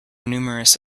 numerous